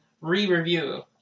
re-review